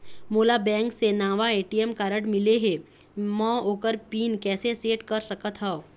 मोला बैंक से नावा ए.टी.एम कारड मिले हे, म ओकर पिन कैसे सेट कर सकत हव?